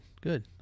good